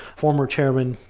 former chairman,